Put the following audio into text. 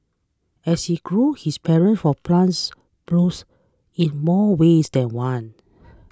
as he grew his for plants blossomed in more ways than one